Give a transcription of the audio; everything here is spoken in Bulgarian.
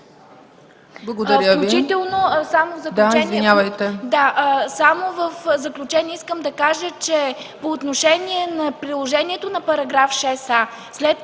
Благодаря ви.